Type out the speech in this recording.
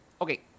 Okay